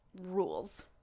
rules